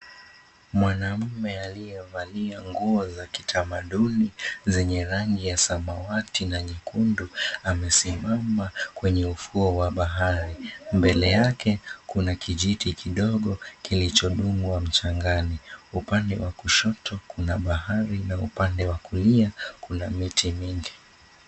Mwanamume aliyevalia nguo za kitamaduni zenye rangi ya samawati na nyekundu, amesimama kwenye ufuo wa bahari. Mbele yake, kuna kijiti kidogo kilichodungwa mchangani. Upande wa kushoto, kuna bahari na upande wa kulia, kuna miti mingi.